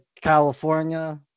California